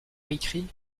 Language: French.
écrit